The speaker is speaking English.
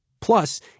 Plus